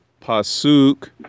pasuk